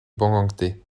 bangangté